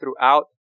throughout